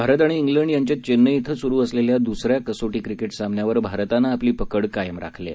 भारत आणि खिंड यांच्यात चेन्नई छिं सुरु असलेल्या दुसऱ्या कसोटी क्रिकेट सामन्यावर भारतानं आपली पकड कायम राखली आहे